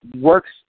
works